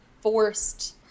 forced